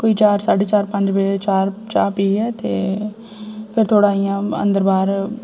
कोई चार साड्ढे चार पंज बजे चाह् चाह् पियै ते फिर थोह्ड़ा इ'यां अंदर बाह्र